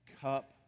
cup